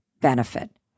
benefit